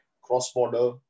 Cross-border